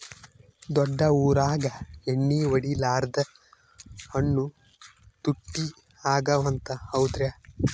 ದೊಡ್ಡ ಊರಾಗ ಎಣ್ಣಿ ಹೊಡಿಲಾರ್ದ ಹಣ್ಣು ತುಟ್ಟಿ ಅಗವ ಅಂತ, ಹೌದ್ರ್ಯಾ?